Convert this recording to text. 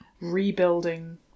rebuilding